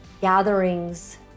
gatherings